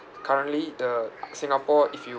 currently the singapore if you